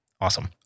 Awesome